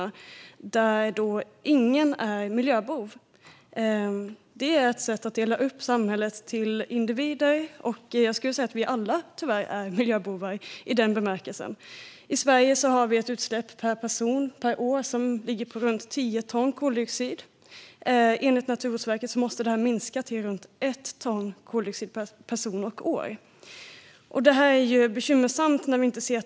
Att säga att ingen är miljöbov är ett sätt att dela upp samhället i individer. Jag skulle säga att vi alla tyvärr är miljöbovar i den bemärkelsen. I Sverige har vi ett utsläpp per person och år som ligger på runt 10 ton koldioxid. Enligt Naturvårdsverket måste det minska till runt 1 ton koldioxid per person och år. Det här är bekymmersamt.